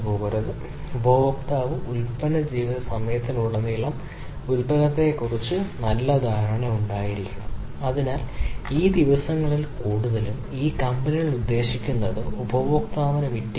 bഅതിനാൽ വ്യക്തമായും ടി ആണ് target y എന്നത് ഗുണനിലവാര സവിശേഷതകളുടെ മൂല്യമാണ് അവയുടെ ശരിക്കും നിങ്ങൾക്കറിയാവുന്ന ടാർഗെറ്റിൽ നിന്നുള്ള വ്യതിചലനമാണ്